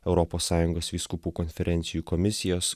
europos sąjungos vyskupų konferencijų komisijos